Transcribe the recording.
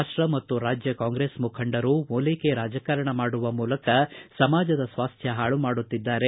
ರಾಷ್ಷ ಮತ್ತು ರಾಜ್ಯ ಕಾಂಗ್ರೆಸ್ ಮುಖಂಡರು ಓಲೈಕೆ ರಾಜಕಾರಣ ಮಾಡುವ ಮೂಲಕ ಸಮಾಜದ ಸ್ವಾಸ್ಟ್ಯ ಹಾಳು ಮಾಡುತ್ತಿದ್ದಾರೆ